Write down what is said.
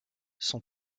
son